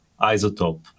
Isotope